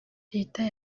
leta